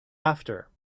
after